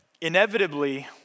inevitably